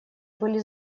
были